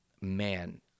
man